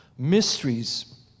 Mysteries